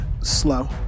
slow